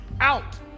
out